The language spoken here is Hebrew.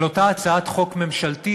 אבל אותה הצעת חוק ממשלתית